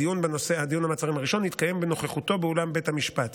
דיון המעצרים הראשון יתקיים בנוכחותו באולם בית המשפט,